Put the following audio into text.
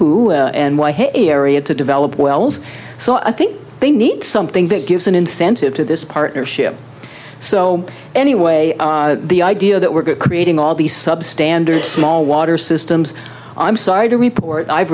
o and why his area to develop wells so i think they need something that gives an incentive to this partnership so anyway the idea that we're creating all these sub standard small water systems i'm sorry to report i've